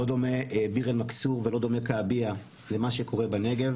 זה לא דומה למה שקורה בנגב.